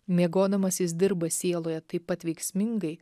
miegodamas jis dirba sieloje taip pat veiksmingai